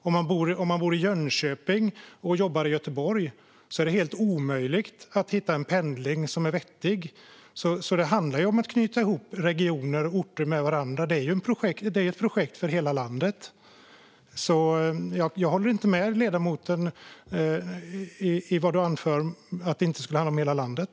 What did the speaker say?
Om man bor i Jönköping och jobbar i Göteborg är det också helt omöjligt att hitta vettig pendling. Det handlar om att knyta ihop regioner och orter med varandra. Det är ett projekt för hela landet. Jag håller alltså inte med ledamoten om att det inte skulle handla om hela landet.